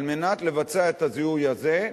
על מנת לבצע את הזיהוי הזה,